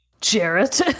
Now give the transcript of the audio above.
Jarrett